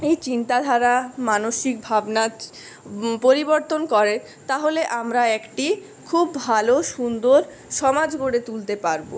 এই চিন্তাধারা মানসিক ভাবনার পরিবর্তন করে তাহলে আমরা একটি খুব ভালো সুন্দর সমাজ গড়ে তুলতে পারবো